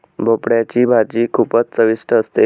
भोपळयाची भाजी खूपच चविष्ट असते